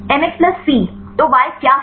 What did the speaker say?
MX plus c तो y क्या है